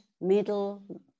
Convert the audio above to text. middle